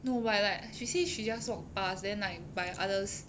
no by like she say she just walk past then like by others